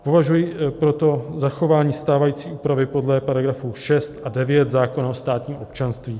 Požaduji proto zachování stávající úpravy podle § 6 a 9 zákona o státním občanství.